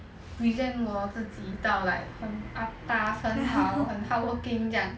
present 我自己到 like 很 atas 很好很 hardworking 这样